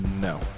no